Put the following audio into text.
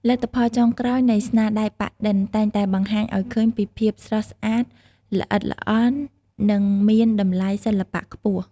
លទ្ធផលចុងក្រោយនៃស្នាដៃប៉ាក់-ឌិន តែងតែបង្ហាញឱ្យឃើញពីភាពស្រស់ស្អាត ល្អិតល្អន់ និងមានតម្លៃសិល្បៈខ្ពស់។